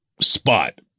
spot